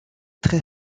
très